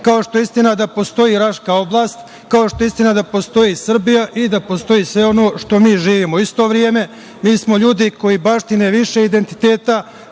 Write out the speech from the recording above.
kao što je istina da postoji Raška oblast, kao što je istina da postoji Srbija i da postoji sve ono što mi živimo. U isto vreme, mi smo ljudi koji baštine više identiteta,